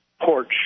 porch